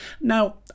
Now